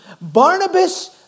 Barnabas